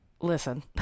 Listen